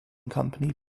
company